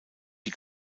die